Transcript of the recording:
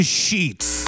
sheets